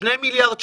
שני מיליארד שקלים.